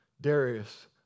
Darius